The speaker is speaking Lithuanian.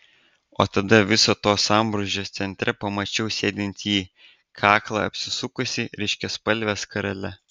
o tada viso to sambrūzdžio centre pamačiau sėdint jį kaklą apsisukusį ryškiaspalve skarele